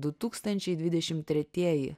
du tūkstančiai dvidešim tretieji